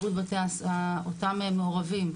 אותם מעורבים,